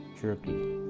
jerky